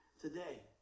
Today